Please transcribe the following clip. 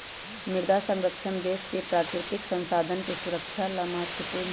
मृदा संरक्षण देश के प्राकृतिक संसाधन के सुरक्षा ला महत्वपूर्ण हई